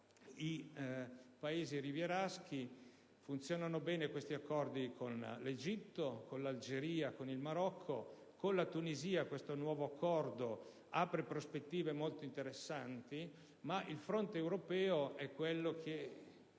i Paesi rivieraschi, funzionano bene gli accordi con l'Egitto, l'Algeria e il Marocco. Con la Tunisia, questo nuovo accordo apre prospettive molto interessanti, ma il fronte europeo è quello che